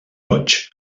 boig